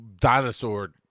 dinosaur